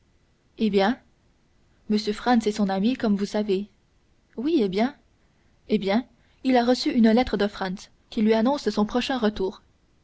eh bien m franz est son ami comme vous savez oui eh bien eh bien il a reçu une lettre de franz qui lui annonce son prochain retour